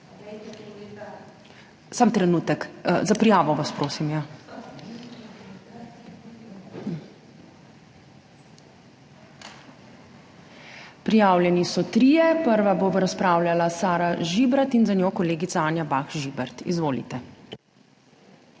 še enkrat za prijavo. Prijavljeni so trije. Prva bo razpravljala Sara Žibrat in za njo kolegica Anja Bah Žibert. Izvolite.